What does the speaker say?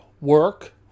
work